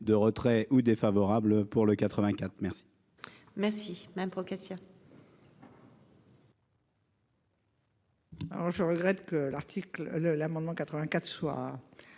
de retrait ou défavorable pour le 84. Merci. Merci Madame Procaccia.